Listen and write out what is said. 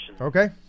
Okay